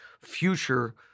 future